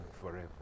forever